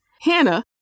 Hannah